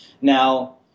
Now